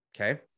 Okay